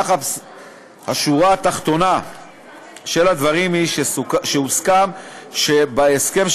אך השורה התחתונה של הדברים היא שהוסכם בהסכם,